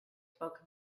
spoke